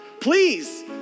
Please